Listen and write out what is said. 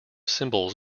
symbols